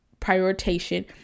prioritization